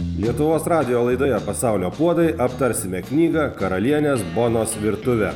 lietuvos radijo laidoje pasaulio puodai aptarsime knygą karalienės bonos virtuvė